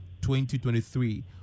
2023